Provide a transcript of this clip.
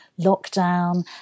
lockdown